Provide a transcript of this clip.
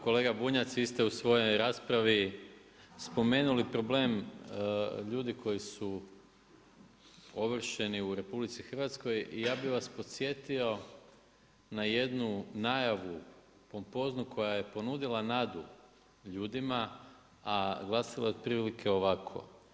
Kolega Bunjac, vi ste u svojoj raspravi spomenuli problem ljudi koji su ovršeni u RH, ja bi vas podsjetio na jednu najavu pompoznu koja je ponudila nadu ljudima a glasila je otprilike ovako.